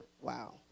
Wow